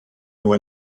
nhw